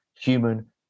human